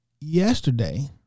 Yesterday